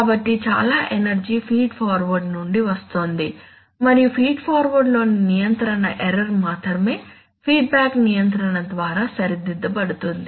కాబట్టి చాలా energy feed forward నుండి వస్తోంది మరియు ఫీడ్ ఫార్వర్డ్లోని నియంత్రణ ఎర్రర్ మాత్రమే ఫీడ్బ్యాక్ నియంత్రణ ద్వారా సరిదిద్దబడుతుంది